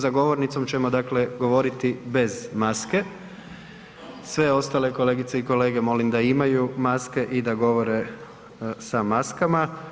Za govornicom ćemo dakle, govoriti bez maske, sve ostale kolegice i kolege molim da imaju maske i da govore sa maskama.